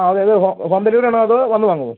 ആ അതെ ഇത് ഹോം ഹോം ഡെലിവറിയാണോ അതോ വന്ന് വാങ്ങുമോ